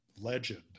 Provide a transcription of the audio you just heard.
legend